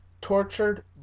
tortured